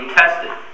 tested